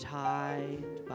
tied